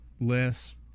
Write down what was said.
less